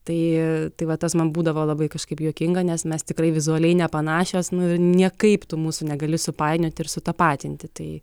tai tai va tas man būdavo labai kažkaip juokinga nes mes tikrai vizualiai nepanašios nu niekaip tu mūsų negali supainioti ir sutapatinti tai